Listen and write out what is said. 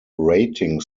rating